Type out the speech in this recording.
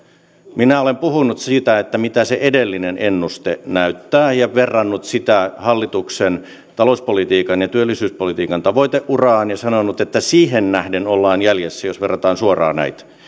minä olen puhunut siitä mitä se edellinen ennuste näyttää ja verrannut sitä hallituksen talouspolitiikan ja työllisyyspolitiikan tavoiteuraan ja sanonut että siihen nähden ollaan jäljessä jos verrataan suoraan näitä